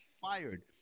fired